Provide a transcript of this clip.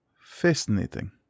Fascinating